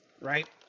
Right